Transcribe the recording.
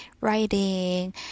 writing